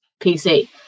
PC